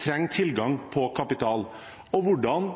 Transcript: trenger tilgang på kapital. Hvordan